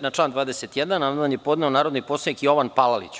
Na član 21. amandman je podneo narodni poslanik Jovan Palalić.